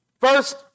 First